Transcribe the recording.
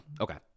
Okay